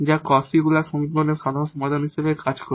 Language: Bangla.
যা Cauchy Euler সমীকরণের সাধারণ সমাধান হিসাবে কাজ করে